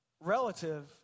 relative